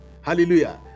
Hallelujah